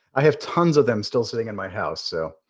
i have tons of them still sitting in my house, so.